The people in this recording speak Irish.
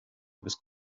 agus